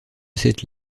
cette